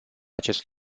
acest